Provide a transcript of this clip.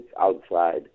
outside